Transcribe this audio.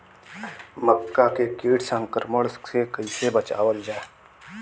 मक्का के कीट संक्रमण से कइसे बचावल जा?